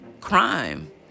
crime